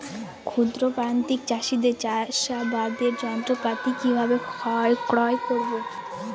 ক্ষুদ্র প্রান্তিক চাষীদের চাষাবাদের যন্ত্রপাতি কিভাবে ক্রয় করব?